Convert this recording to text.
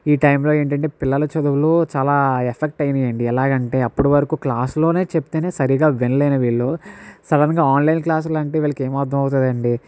ఈ టైం లో ఏంటంటే పిల్లలు చదువులు చాలా ఎఫెక్ట్ అయినాయండి ఎలాగంటే అప్పటి వరకు క్లాసు లోనే చెప్తేనే సరిగా వినలేని వీళ్లు సడన్ గా ఆన్లైన్ క్లాస్లు అంటే వీళ్ళకి ఏం అర్థం అవుతుంది అండి